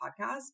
podcast